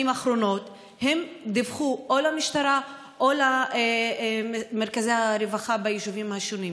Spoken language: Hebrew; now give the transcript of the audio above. האחרונות דיווחו למשטרה או למרכזי הרווחה ביישובים השונים?